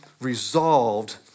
resolved